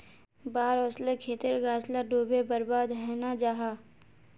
बाढ़ ओस्ले खेतेर गाछ ला डूबे बर्बाद हैनं जाहा